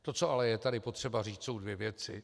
To, co ale tady potřeba říct, jsou dvě věci.